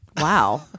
Wow